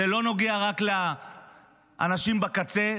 זה לא נוגע רק לאנשים בקצה,